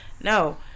no